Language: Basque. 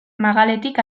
magaletik